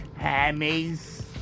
hammies